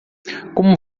como